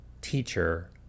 teacher